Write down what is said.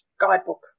guidebook